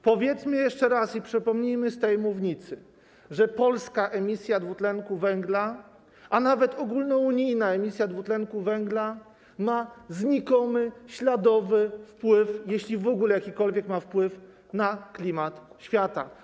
Powiedzmy jeszcze raz i przypomnijmy z tej mównicy, że polska emisja dwutlenku węgla, a nawet ogólnounijna emisja dwutlenku węgla ma znikomy, śladowy wpływ - jeśli w ogóle ma jakikolwiek wpływ - na klimat świata.